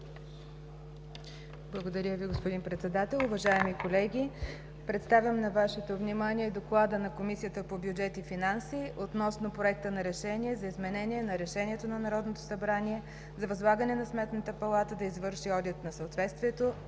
Благодаря Ви, господин Председател. Уважаеми колеги, представям на Вашето внимание: „ДОКЛАД на Комисията по бюджет и финанси относно Проекта на решение за изменение на Решение на Народното събрание за възлагане на Сметната палата да извърши одит на съответствието